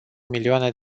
milioane